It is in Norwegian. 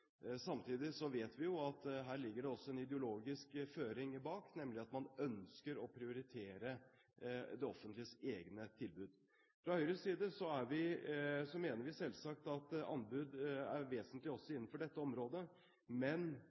vet vi at her ligger det også en ideologisk føring bak, nemlig at man ønsker å prioritere det offentliges egne tilbud. Fra Høyres side mener vi selvsagt at anbud er vesentlig også innenfor dette området, men